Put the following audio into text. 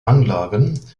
anlagen